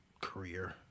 career